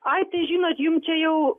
ai tai žinot jum čia jau